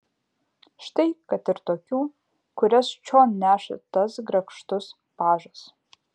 štai kad ir tokių kurias čion neša tas grakštus pažas